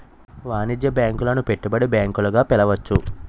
వాణిజ్య బ్యాంకులను పెట్టుబడి బ్యాంకులు గా పిలవచ్చు